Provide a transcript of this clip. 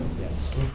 Yes